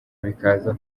bikaza